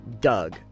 Doug